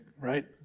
right